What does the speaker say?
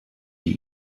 die